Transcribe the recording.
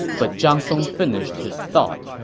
but zhang song finished his thought.